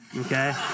okay